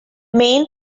main